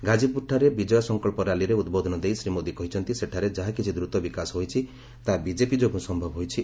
ଘାକିପୁରଠାରେ ବିଜୟ ସଂକଳ୍ପ ରାଲିରେ ଉଦ୍ବୋଧନ ଦେଇ ଶ୍ରୀ ମୋଦି କହିଛନ୍ତି ସେଠାରେ ଯାହାକିଛି ଦ୍ରତ ବିକାଶ ହୋଇଛି ତାହା ବିଜେପି ଯୋଗୁଁ ସମ୍ଭବ ହୋଇଛି